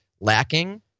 lacking